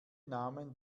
namen